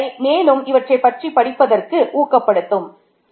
இது உங்களை மேலும் இவற்றைப் பற்றி படிப்பதற்கு ஊக்கப்படுத்தும்